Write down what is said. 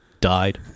died